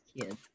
kids